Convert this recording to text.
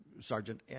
Sergeant